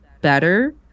better